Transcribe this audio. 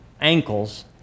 ankles